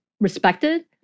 respected